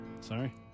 Sorry